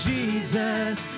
Jesus